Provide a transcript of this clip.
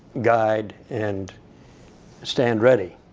guide, and stand ready